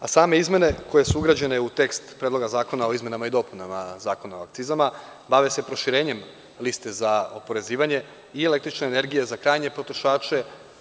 Same izmene koje su ugrađene u tekst Predloga zakona o izmenama i dopunama Zakona o akcizama bave se proširenjem liste za oporezivanje i električne energije za krajnje potrošače.